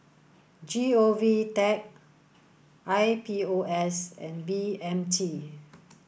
G O V tech I P O S and B M T